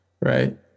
right